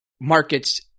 Markets